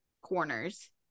corners